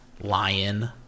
Lion